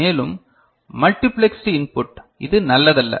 மேலும் multiplexed input இது நல்லதல்ல